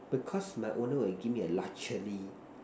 because my owner will give me a luxury